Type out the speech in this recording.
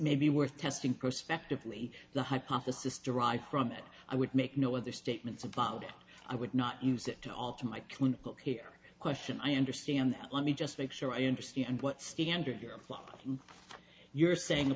may be worth testing prospectively the hypothesis derived from it i would make no other statements about i would not use that to alter my clinical care question i understand that let me just make sure i understand what standard here flip you're saying